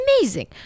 amazing